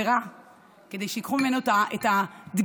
כדי שייקחו ממנו את הדגימה.